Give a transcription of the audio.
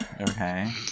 Okay